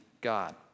God